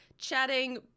chatting